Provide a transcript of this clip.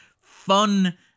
fun